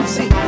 See